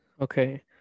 okay